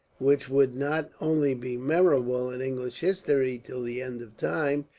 which would not only be memorable in english history till the end of time,